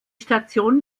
station